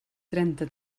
trenta